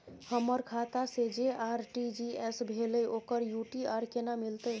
हमर खाता से जे आर.टी.जी एस भेलै ओकर यू.टी.आर केना मिलतै?